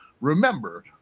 remember